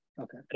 Okay